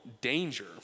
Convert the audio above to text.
danger